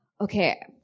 okay